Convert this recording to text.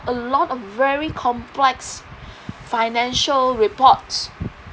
a lot of very complex financial reports